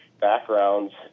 backgrounds